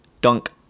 Dunk